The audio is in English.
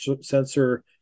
sensor